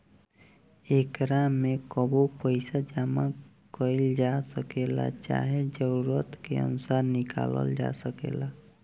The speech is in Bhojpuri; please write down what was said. एकरा में कबो पइसा जामा कईल जा सकेला, चाहे जरूरत के अनुसार निकलाल जा सकेला